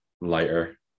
lighter